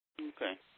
Okay